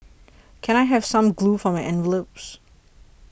can I have some glue for my envelopes